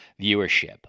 viewership